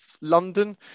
London